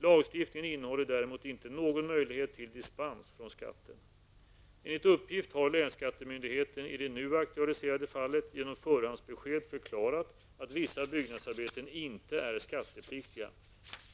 Lagstiftningen ger däremot inte någon möjlighet till dispens från skatten. Enligt uppgift har länsskattemyndigheten i det nu aktualiserade fallet genom förhandsbesked förklarat att vissa byggnadsarbeten inte är skattepliktiga.